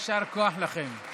יישר כוח לכם.